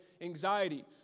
anxiety